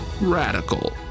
radical